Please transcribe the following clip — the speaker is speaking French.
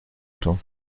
temps